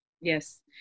Yes